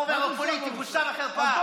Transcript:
הוא אומר לו: פוליטי, בושה וחרפה.